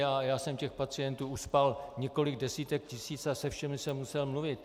A já jsem těch pacientů uspal několik desítek tisíc a se všemi jsem musel mluvit.